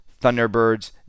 Thunderbirds